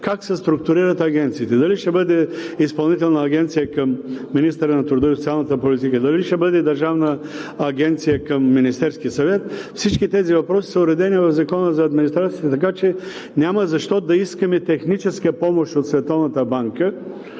как се структурират агенциите – дали ще бъде Изпълнителна агенция към министъра на труда и социалната политика, дали ще бъде Държавна агенция към Министерския съвет – всичките тези въпроси са уредени в Закона за администрацията, така че няма защо да искаме техническа помощ от Световната банка,